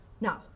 Now